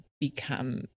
become